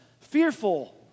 fearful